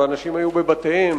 ואנשים נסגרו בבתיהם,